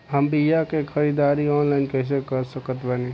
हम बीया के ख़रीदारी ऑनलाइन कैसे कर सकत बानी?